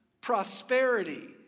Prosperity